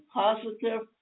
positive